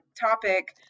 topic